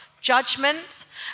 judgment